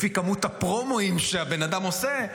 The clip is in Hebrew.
לפי כמות הפרומואים שהבן אדם עושה,